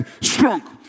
strong